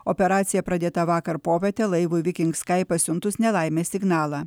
operacija pradėta vakar popietę laivui viking skai pasiuntus nelaimės signalą